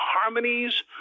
harmonies